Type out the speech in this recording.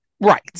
Right